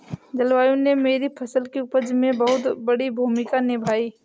जलवायु ने मेरी फसल की उपज में बहुत बड़ी भूमिका निभाई